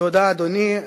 תודה, אדוני.